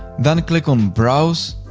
then click on browse,